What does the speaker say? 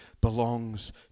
belongs